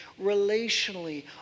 relationally